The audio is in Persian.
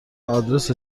آدرس